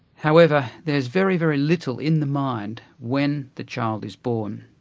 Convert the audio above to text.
however, there's very, very little in the mind when the child is born.